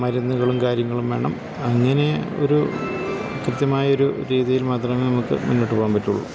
മരുന്നുകളും കാര്യങ്ങളും വേണം അങ്ങനെ ഒരു കൃത്യമായ ഒരു രീതിയിൽ മാത്രമേ നമുക്ക് മുന്നോട്ട് പോകാൻ പറ്റുകയുള്ളു